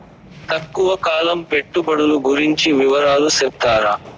తక్కువ కాలం పెట్టుబడులు గురించి వివరాలు సెప్తారా?